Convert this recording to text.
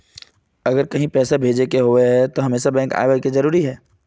अगर कहीं पैसा भेजे करे के होते है तो हमेशा बैंक आबेले जरूरी है?